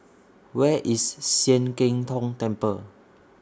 Where IS Sian Keng Tong Temple